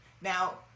Now